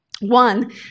One